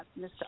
Mr